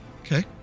Okay